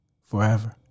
forever